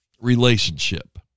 relationship